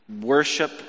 worship